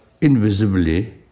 invisibly